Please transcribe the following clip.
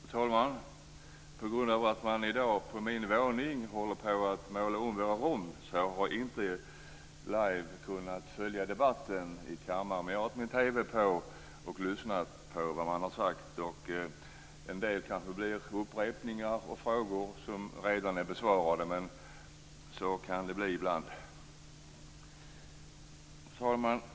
Fru talman! På grund av att man i dag håller på och målar om rummen på mitt våningsplan har jag inte kunnat följa debatten i kammaren live, men jag har haft min TV på och lyssnat på vad som har sagts. En del av det jag säger kanske blir upprepningar eller frågor som redan är besvarade, men så kan det bli ibland. Fru talman!